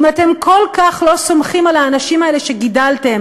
אם אתם כל כך לא סומכים על האנשים האלה שגידלתם